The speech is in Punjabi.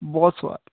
ਬਹੁਤ ਸੁਆਦ